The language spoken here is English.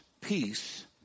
peace